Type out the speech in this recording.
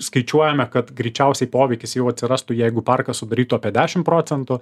skaičiuojame kad greičiausiai poveikis jau atsirastų jeigu parką sudarytų apie dešim procentų